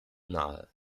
nahe